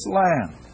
land